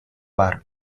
bar